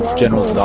general zahedi,